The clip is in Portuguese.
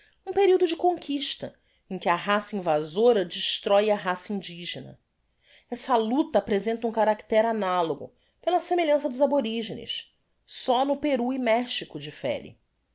um periodo de conquista em que a raça invasora destróe a raça indigena essa lucta apresenta um caracter analogo pela semelhança dos aborigenes só no perú e mexico differe